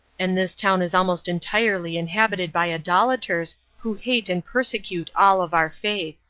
and this town is almost entirely inhabited by idolaters, who hate and persecute all of our faith.